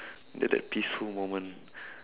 that that peaceful moment